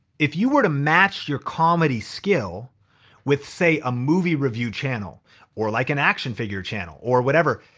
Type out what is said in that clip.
if you were to match your comedy skill with say a movie review channel or like an action figure channel or whatever,